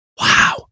wow